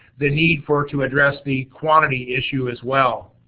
the need for to address the quantity issue as well.